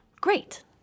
great